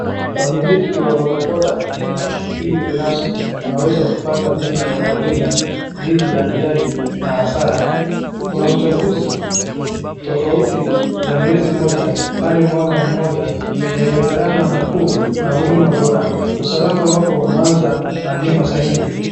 Wamiliki wa bodboda na pikipiki binasfi wanaweza kupata bima ya kuwalinda dhidi ya ajali na hasara. Kuna uchanguzi tofauti za miezi mmoja hadi mwaka mmoja zenye gharama nafuu na huduma bora .Usalama wako unaanza na bima sahihi.